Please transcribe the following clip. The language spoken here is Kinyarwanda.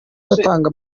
batanga